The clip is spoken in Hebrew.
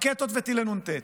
רקטות וטילי נ"ט.